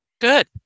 good